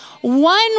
One